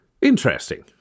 Interesting